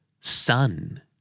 Sun